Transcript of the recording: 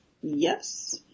Yes